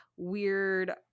weird